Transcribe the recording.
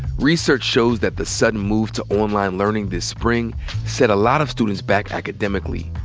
research shows that the sudden move to online learning this spring set a lot of students back academically.